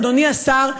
אדוני השר,